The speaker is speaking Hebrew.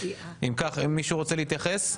מישהו רוצה להתייחס?